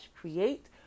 create